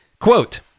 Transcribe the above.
Quote